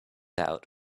out